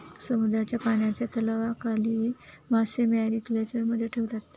समुद्राच्या पाण्याच्या तलावातील मासे मॅरीकल्चरमध्ये ठेवतात